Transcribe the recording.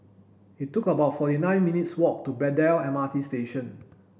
it took about forty nine minutes' walk to Braddell M R T Station